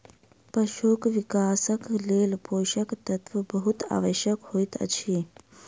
पशुक विकासक लेल पोषक तत्व बहुत आवश्यक होइत अछि